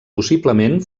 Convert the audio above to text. possiblement